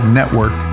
network